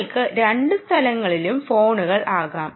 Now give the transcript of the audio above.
നിങ്ങൾക്ക് രണ്ടു സ്ഥലങ്ങളിലും ഫോണുകൾ ആകാം